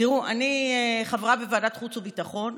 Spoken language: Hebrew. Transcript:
תראו, אני חברה בוועדת חוץ וביטחון.